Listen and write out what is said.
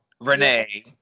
Renee